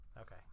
Okay